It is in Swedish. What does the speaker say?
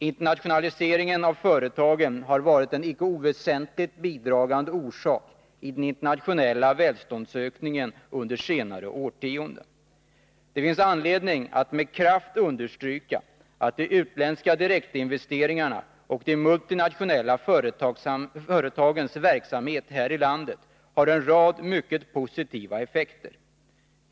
Internationaliseringen av företagen har varit en icke oväsentlig bidragande orsak i den internationella välståndsökningen under senare årtionden. Det finns anledning att med kraft understryka att de utländska direktinvesteringarna och de multinationella företagens verksamhet här i landet har en rad positiva effekter.